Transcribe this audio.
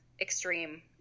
extreme